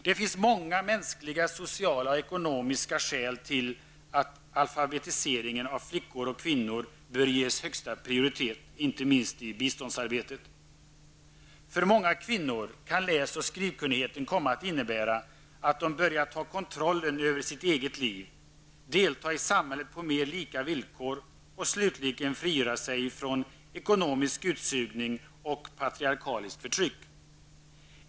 Det finns många mänskliga, sociala och ekonomiska skäl till att alfabetisering av flickor och kvinnor bör ges högsta prioritet i inte minst biståndsarbetet. För många kvinnor kan läs och skrivkunnighet komma att innebära att de börjar få kontroll över sitt eget liv, kan delta i samhällslivet på lika villkor som män och slutligen kan frigöra sig från ekonomisk utsugning och patriarkaliskt förtryck.